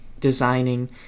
designing